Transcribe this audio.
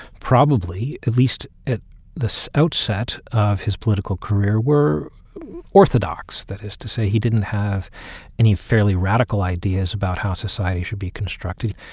probably, at least at the so outset of his political career, were orthodox. that is to say, he didn't have and any fairly radical ideas about how society should be constructed.